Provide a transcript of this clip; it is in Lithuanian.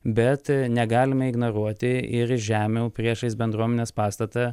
bet negalime ignoruoti ir žėmių priešais bendruomenės pastatą